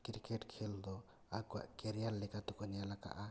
cricket ᱠᱷᱮᱞ ᱫᱚ ᱟᱠᱚᱣᱟᱜ ᱠᱮᱨᱤᱭᱟᱨ ᱞᱮᱠᱟᱛᱮ ᱠᱚ ᱧᱮᱞ ᱟᱠᱟᱫᱼᱟ